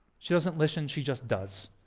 she doesn't listen, she just does.